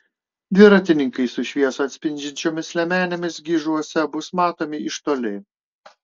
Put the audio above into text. dviratininkai su šviesą atspindinčiomis liemenėmis gižuose bus matomi iš toli